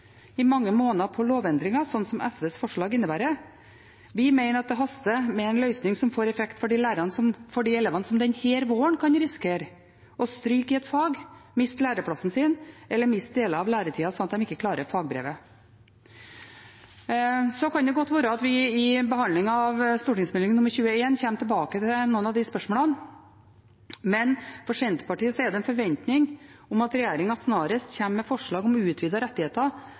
i mange måneder på lovendringer, slik SVs forslag innebærer. Vi mener at det haster med en løsning som får effekt for de elevene som denne våren kan risikere å stryke i et fag, miste læreplassen sin eller miste deler av læretida, slik at de ikke klarer fagbrevet. Det kan godt være at vi i behandlingen av Meld. St. 21 for 2020–2021 kommer tilbake til noen av de spørsmålene, men for Senterpartiet er det en forventning om at regjeringen snarest kommer med forslag om utvidede rettigheter,